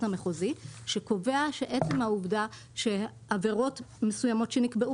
המחוזי שקובע שעצם העובדה שעבירות מסוימות שנקבעו